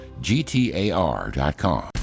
GTAR.com